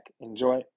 enjoy